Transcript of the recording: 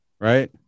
right